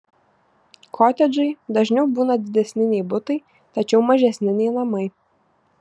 kotedžai dažniau būna didesni nei butai tačiau mažesni nei namai